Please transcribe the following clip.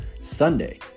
Sunday